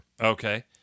Okay